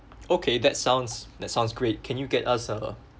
okay that sounds that sounds great can you get us uh